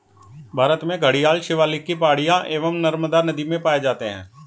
भारत में घड़ियाल शिवालिक की पहाड़ियां एवं नर्मदा नदी में पाए जाते हैं